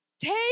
Take